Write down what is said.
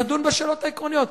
נדון בשאלות העקרוניות.